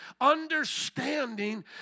understanding